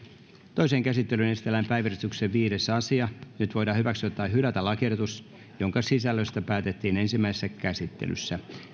toiseen käsittelyyn esitellään päiväjärjestyksen viides asia nyt voidaan hyväksyä tai hylätä lakiehdotus jonka sisällöstä päätettiin ensimmäisessä käsittelyssä